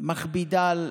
מכבידה על